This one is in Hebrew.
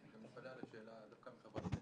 אני מתפלא על השאלה דווקא מחברת כנסת.